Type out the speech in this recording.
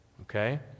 okay